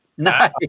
Nice